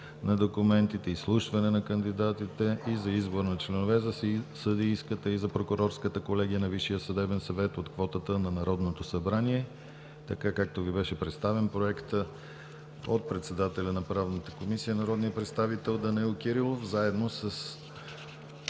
на документите, изслушване на кандидатите и за избор на членове за съдийската и за прокурорската колегия на Висшия съдебен съвет от квотата на Народното събрание, както Ви беше представен Проектът от председателя на Правната комисия народния представител Данаил Кирилов заедно с